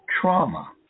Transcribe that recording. trauma